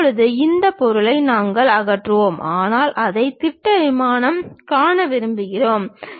இப்போது இந்த பொருளை நாங்கள் அகற்றுவோம் ஆனால் அதை திட்ட விமானத்தில் காண விரும்புகிறோம்